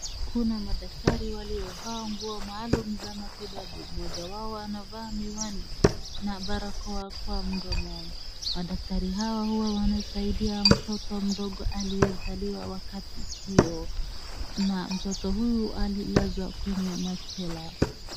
Kuna madaktari wale wamevaa nguo maalumu za matibabu mmoja wao anavaa miwani na barakoa kwa mdomo madaktari hawa wanasaidia mtoto mdogo aliyezaliwa wakati hiyo na mtoto huyu alilazwa kwenye machela.